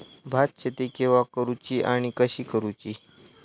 भात शेती केवा करूची आणि कशी करुची?